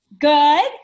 Good